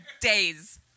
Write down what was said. days